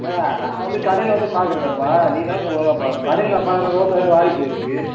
ஆ நான் வந்து கடையில் வந்து பாக்கிறேனேப்பா நீ தான்ப்பா ஒழுங்கா பார்க்கணும் கடையில் நான் பாக்கிறேன் ரோஸ்ஸெல்லாம் வாடி போய்ருக்கு